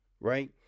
Right